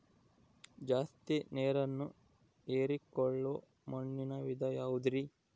ಜಾಸ್ತಿ ನೇರನ್ನ ಹೇರಿಕೊಳ್ಳೊ ಮಣ್ಣಿನ ವಿಧ ಯಾವುದುರಿ?